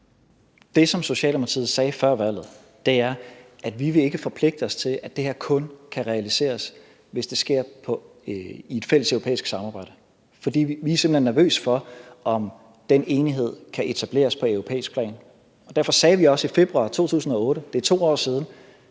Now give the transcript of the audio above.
Det, som Socialdemokratiet sagde før valget, var, at vi ikke ville forpligte os til, at det her kun kan realiseres, hvis det sker i et fælleseuropæisk samarbejde, for vi er simpelt hen nervøse for, om den enighed kan etableres på europæisk plan. Derfor sagde vi også i februar 2018 – det er 2 år siden